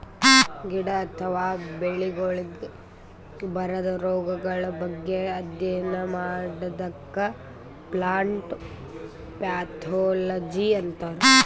ಗಿಡ ಅಥವಾ ಬೆಳಿಗೊಳಿಗ್ ಬರದ್ ರೊಗಗಳ್ ಬಗ್ಗೆ ಅಧ್ಯಯನ್ ಮಾಡದಕ್ಕ್ ಪ್ಲಾಂಟ್ ಪ್ಯಾಥೊಲಜಿ ಅಂತರ್